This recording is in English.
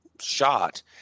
shot